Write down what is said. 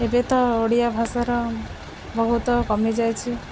ଏବେତ ଓଡ଼ିଆ ଭାଷାର ବହୁତ କମିଯାଇଛି